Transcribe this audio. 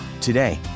Today